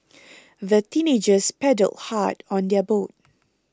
the teenagers paddled hard on their boat